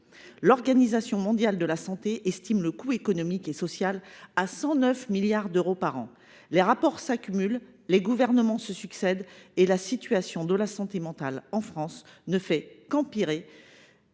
L’Organisation mondiale de la santé (OMS) estime le coût économique et social des troubles psychiques à 109 milliards d’euros par an. Les rapports s’accumulent, les gouvernements se succèdent et la situation de la santé mentale en France ne fait qu’empirer,